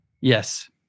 yes